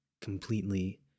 completely